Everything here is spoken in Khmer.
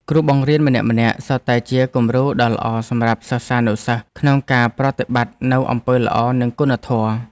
គ្រូបង្រៀនម្នាក់ៗសុទ្ធតែជាគំរូដ៏ល្អសម្រាប់សិស្សានុសិស្សក្នុងការប្រតិបត្តិនូវអំពើល្អនិងគុណធម៌។